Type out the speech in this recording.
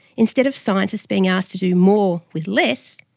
instead of scientists being asked to do more with less,